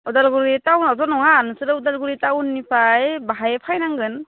उदालगुरि टाउनावथ' नङा नोंसोरो उदालगुरि टाउननिफाय बाहाय फैनांगोन